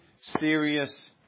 serious